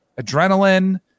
adrenaline